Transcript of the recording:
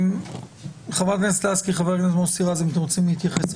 חבר הכנסת מוסי רז, בבקשה.